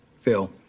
Phil